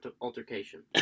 altercation